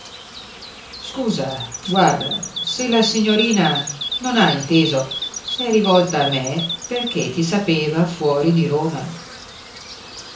scusa guarda se la signorina non hai inteso s'è rivolta a me perché ti sapeva fuori di roma